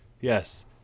Yes